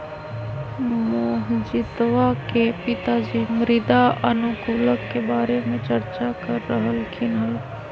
मोहजीतवा के पिताजी मृदा अनुकूलक के बारे में चर्चा कर रहल खिन हल